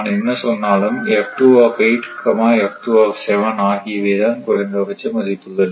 நான் என்ன சொன்னாலும் ஆகியவைதான் குறைந்தபட்ச மதிப்புகள்